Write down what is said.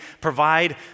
provide